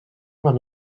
per